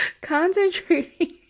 concentrating